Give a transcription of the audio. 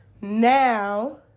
Now